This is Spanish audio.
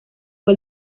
fue